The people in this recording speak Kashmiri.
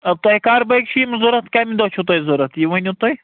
تۄہہِ کر بٲگ چھ یِم ضرورَت کَمہِ دۄہ چھِ تۄہہِ ضرورَت یہِ ؤنِو تُہۍ